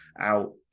out